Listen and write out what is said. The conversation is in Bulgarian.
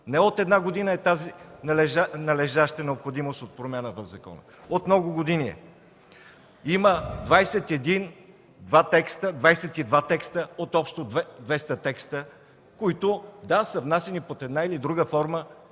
Не от една година е тази належаща необходимост от промяна в закона – от много години е. Има 22 текста от общо 200 текста, които са внасяни под една или друга форма